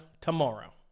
tomorrow